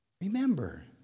Remember